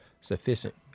sufficient